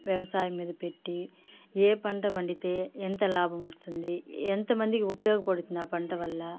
వ్యవసాయం మీద పెట్టి ఏ పంట పండితే ఎంత లాభం వస్తుంది ఎంత మందికి ఉపయోగపడుతుంది పంట వల్ల